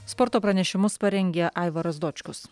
sporto pranešimus parengė aivaras dočkus